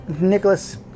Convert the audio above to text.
Nicholas